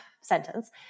sentence